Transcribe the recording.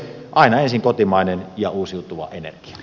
aina ensin kotimainen ja uusiutuva energia